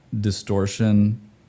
distortion